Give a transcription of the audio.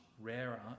rarer